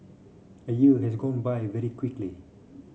a year has gone by very quickly